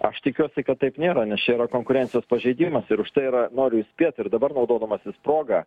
aš tikiuosi kad taip nėra nes čia yra konkurencijos pažeidimas ir už tai yra noriu įspėt ir dabar naudodamasis proga